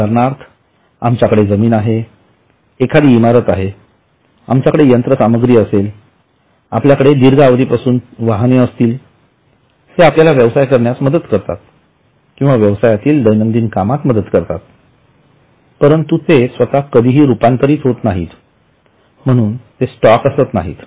उदाहरणार्थ आमच्याकडे जमीन आहे एखादी इमारत आहे आमच्याकडे यंत्र सामग्री असेल आपल्याकडे दीर्घअवधीपासून वाहने असतील ते आपल्याला व्यवसाय करण्यास मदत करतात किंवा व्यवसायातील दैनंदिन कामात मदत करतात परंतु ते स्वतः कधीही रूपांतरित होत नाहीत म्हणून ते स्टॉक असत नाहीत